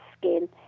skin